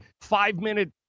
five-minute